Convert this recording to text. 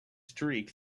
streak